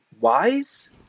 wise